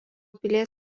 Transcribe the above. pilies